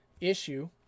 issue